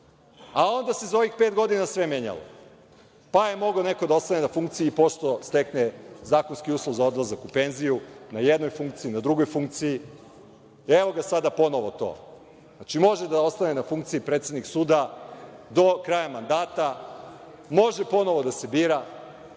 onda se za ovih pet godina sve menjalo, pa je mogao neko da ostane na funkciji pošto stekne zakonski uslov za odlazak u penziju na jednoj funkciji, na drugoj funkciji. Evo ga sada ponovo to. Znači, može da ostane na funkciji predsednik suda do kraja mandata, može ponovo da se bira.